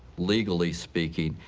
legally speaking,